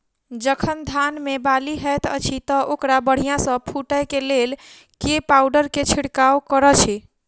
जखन धान मे बाली हएत अछि तऽ ओकरा बढ़िया सँ फूटै केँ लेल केँ पावडर केँ छिरकाव करऽ छी?